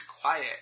quiet